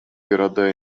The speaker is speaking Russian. города